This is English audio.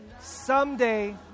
Someday